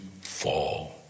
fall